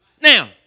Now